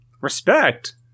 respect